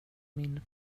min